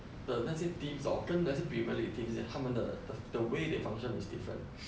the 那些 teams hor 跟 lesser premier league teams leh 他们的 th~ the way they function is different